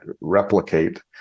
replicate